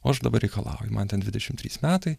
o aš dabar reikalauju man ten dvidešim trys metai